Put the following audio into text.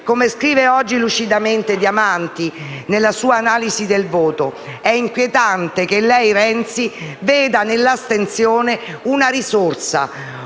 Come scrive lucidamente oggi Diamanti nella sua analisi del voto, è inquietante che lei, Renzi, veda nell'astensione una risorsa,